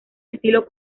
estilo